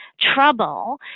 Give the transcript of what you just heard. trouble